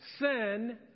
sin